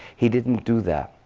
he didn't do that.